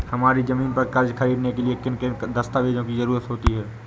हमारी ज़मीन पर कर्ज ख़रीदने के लिए किन किन दस्तावेजों की जरूरत होती है?